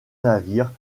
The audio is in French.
navire